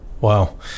Wow